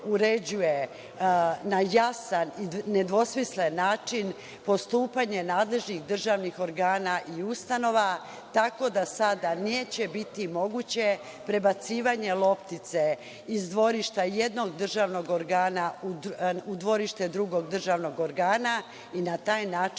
na jasan i nedvosmislen način, postupanje nadležnih državnih organa i ustanova, tako da sada neće biti moguće prebacivanje loptice iz dvorišta jednog državnog organa u dvorište drugog državnog organa i na taj način